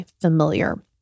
familiar